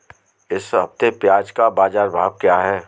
इस हफ्ते प्याज़ का बाज़ार भाव क्या है?